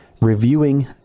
reviewing